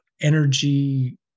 energy